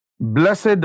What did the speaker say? Blessed